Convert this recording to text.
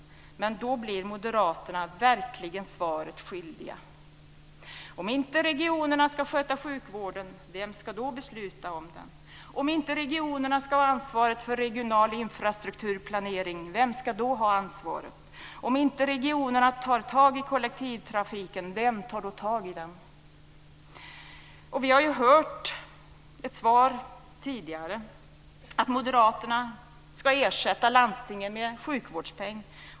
Men då blir moderaterna verkligen svaret skyldiga. Om inte regionerna ska sköta sjukvården, vem ska då besluta om den? Om inte regionerna ska ha ansvaret för regional infrastrukturplanering, vem ska då ha ansvaret? Om inte regionerna tar tag i kollektivtrafiken, vem tar då tag i den? Vi har hört ett svar tidigare. Moderaterna ska ersätta landstingen med en sjukvårdspeng.